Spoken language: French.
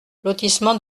lotissement